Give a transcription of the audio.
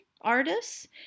artists